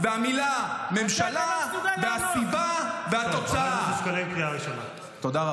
והמילה "ממשלה" ----- על זה אתה לא